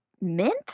mint